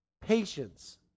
patience